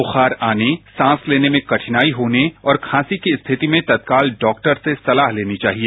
बुखार आने सांस लेने में कठिनाई होने और खांसी की स्थिति में तत्काल डॉक्टर से सलाह लेनी चाहिए